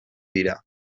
dira